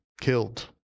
killed